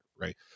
Right